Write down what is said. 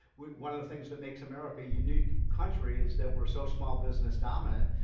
one of the things that makes america unique country is that we're so small business dominant.